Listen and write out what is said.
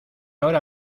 ahora